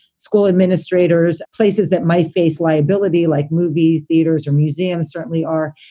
school administrators, places that might face liability like movie theaters or museums certainly are.